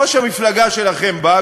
ראש המפלגה שלכם בא,